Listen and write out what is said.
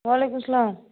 وعلیکُم السلام